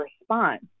response